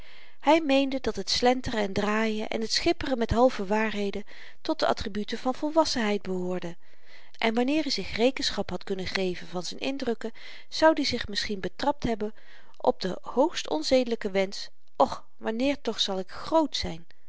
hy meende dat het slenteren en draaien en t schipperen met halve waarheden tot de attributen van volwassenheid behoorde en wanneer i zich rekenschap had kunnen geven van z'n indrukken zoud i zich misschien betrapt hebben op den hoogstonzedelyken wensch och wanneer toch zal ik groot zyn